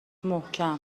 محکم